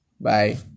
Bye